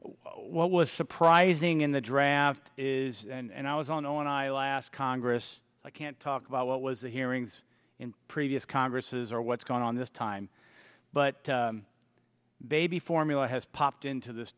what was surprising in the draft is and i was annoyed i last congress i can't talk about what was the hearings in previous congresses or what's going on this time but baby formula has popped into this